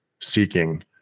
seeking